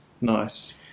nice